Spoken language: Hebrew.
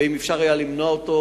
ואם אפשר היה למנוע אותו,